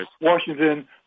Washington